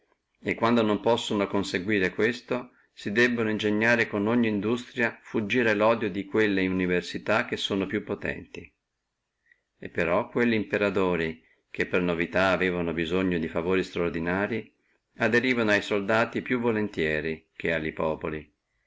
e quando non possono conseguire questo si debbono ingegnare con ogni industria fuggire lodio di quelle università che sono più potenti e però quelli imperatori che per novità avevano bisogno di favori estraordinarii si aderivano a soldati più tosto che a populi